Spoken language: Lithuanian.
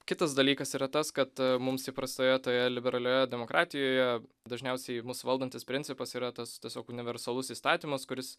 kitas dalykas yra tas kad mums įprastoje tokioje liberalioje demokratijoje dažniausiai mus valdantis principas yra tas tiesiog universalus įstatymas kuris